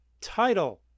title